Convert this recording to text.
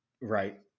Right